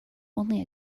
only